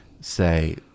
say